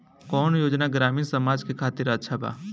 कौन योजना ग्रामीण समाज के खातिर अच्छा बा?